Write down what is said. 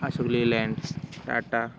Ashok Leyland Tata